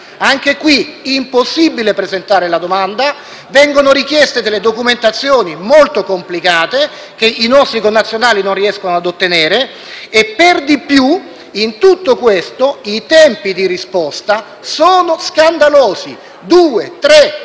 infatti impossibile presentare la domanda, in quanto vengono richieste delle documentazioni molto complicate, che i nostri connazionali non riescono ad ottenere e per di più, in tutto questo, i tempi di risposta sono scandalosi: due, tre,